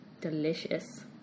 delicious